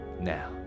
now